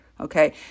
Okay